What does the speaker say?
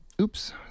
Oops